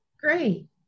great